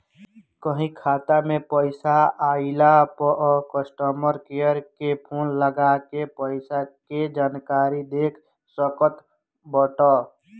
कहीं खाता में पईसा आइला पअ कस्टमर केयर के फोन लगा के पईसा के जानकारी देख सकत बाटअ